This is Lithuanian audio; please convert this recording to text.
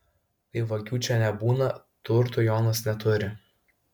kai vagių čia nebūna turtų jonas neturi